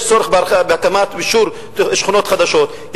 יש צורך בהקמה ואישור של שכונות חדשות,